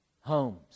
homes